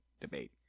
debate